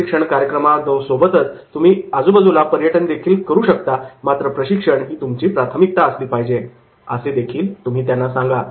प्रशिक्षण कार्यक्रमासोबतच तुम्ही आजूबाजूला पर्यटन देखील करू शकता मात्र प्रशिक्षण ही तुमची प्राथमिकता असली पाहिजे' असेदेखील तुम्ही त्यांना सांगा